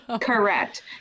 Correct